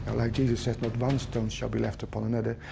like jesus said, not one stone shall be left upon another,